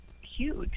huge